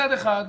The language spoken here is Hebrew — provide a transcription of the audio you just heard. מצד אחד,